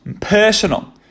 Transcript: personal